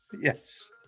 Yes